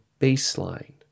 baseline